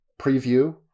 preview